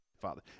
father